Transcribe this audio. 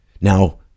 Now